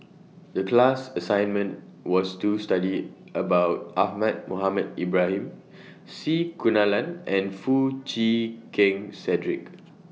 The class assignment was to study about Ahmad Mohamed Ibrahim C Kunalan and Foo Chee Keng Cedric